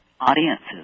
audiences